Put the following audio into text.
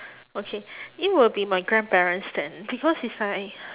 okay it will be my grandparents then because is like